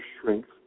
strength